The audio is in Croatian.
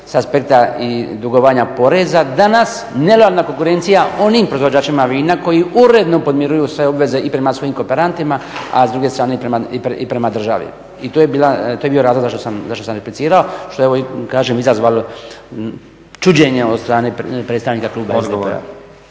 s aspekta i dugovanja poreza, danas nelojalna konkurencija onim proizvođačima vina koji uredno podmiruju sve obveze i prema svojim kooperantima, a s druge strane i prema državi. I to je bio razlog zašto sam replicirao što je kažem izazvalo čuđenje od strane predstavnika kluba SDP-a.